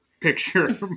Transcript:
picture